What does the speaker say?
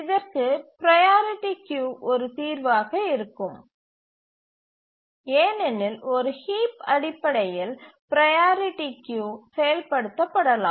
இதற்கு priority queue ஒரு தீர்வாக இருக்கும் ஏனெனில் ஒரு ஹீப் அடிப்படையில் ப்ரையாரிட்டி கியூ செயல்படுத்தப்படலாம்